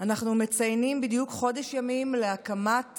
אנחנו מציינים בדיוק חודש ימים להקמת